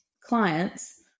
clients